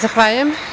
Zahvaljujem.